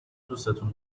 دوستون